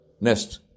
nest